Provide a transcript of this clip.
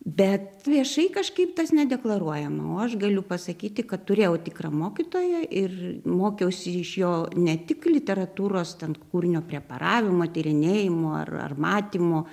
bet viešai kažkaip tas nedeklaruojama o aš galiu pasakyti kad turėjau tikrą mokytoją ir mokiausi iš jo ne tik literatūros ten kūrinio preparavimo tyrinėjimo ar matymo